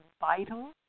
vital